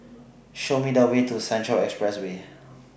Show Me The Way to Central Expressway